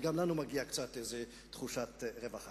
גם לנו מגיעה קצת תחושת רווחה.